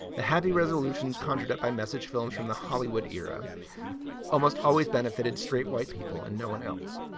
the happy resolutions conjured up by message films from the hollywood era almost always benefited straight white people and no one else.